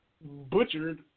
butchered